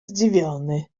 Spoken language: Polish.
zdziwiony